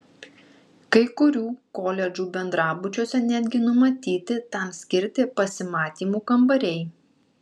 kai kurių koledžų bendrabučiuose netgi numatyti tam skirti pasimatymų kambariai